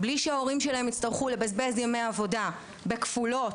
מבלי שההורים שלהם יצטרכו לבזבז ימי עבודה בכפולות,